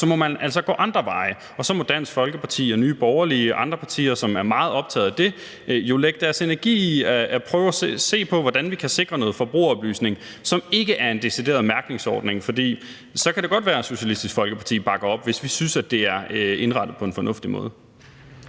må man altså gå andre veje, og så må Dansk Folkeparti og Nye Borgerlige og andre partier, som er meget optaget af det, jo lægge deres energi i at prøve at se på, hvordan vi kan sikre noget forbrugeroplysning, som ikke er en decideret mærkningsordning, for så kan det godt være, at Socialistisk Folkeparti bakker op om det, hvis vi synes, det er indrettet på en fornuftig måde.